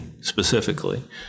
specifically